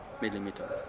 millimeters